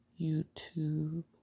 YouTube